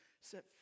set